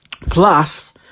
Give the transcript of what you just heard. Plus